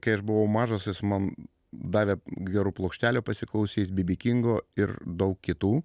kai aš buvau mažas jis man davė gerų plokštelių pasiklausyt bibikingo ir daug kitų